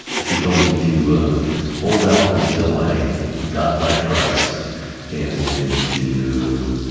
she told me to hold out until i got my price and then to,